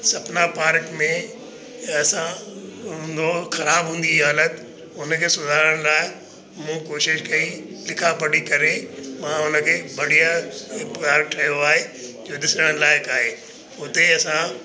सपना park में ऐं असां हूंदो ख़राबु हूंदी हालति उन खे सुधारण लाइ मूं कोशिश कई लिखा पढ़ी करे मां उन खे बढ़िया पार्क ठहियो आहे जो ॾिसण लाइक़ु आहे उते असां